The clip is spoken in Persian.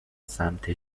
سمت